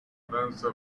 danza